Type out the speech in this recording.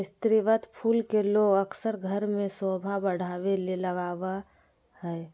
स्रीवत फूल के लोग अक्सर घर में सोभा बढ़ावे ले लगबा हइ